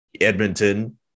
Edmonton